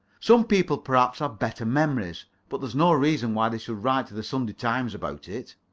some people perhaps have better memories. but that's no reason why they should write to the sunday times about it.